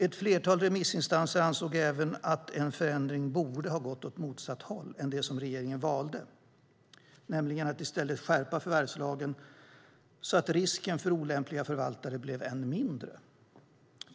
Ett flertal remissinstanser ansåg även att en förändring borde ha gått åt motsatt håll jämfört med den som regeringen valde, nämligen att i stället skärpa förvärvslagen så att risken för olämpliga förvaltare blev än mindre.